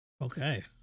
Okay